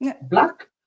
black